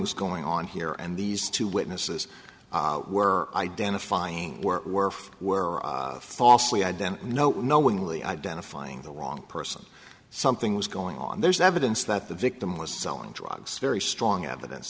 was going on here and these two witnesses were identifying were were were falsely i don't know knowingly identifying the wrong person something was going on there's evidence that the victim was selling drugs very strong evidence